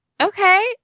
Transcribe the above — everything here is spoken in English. okay